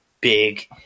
big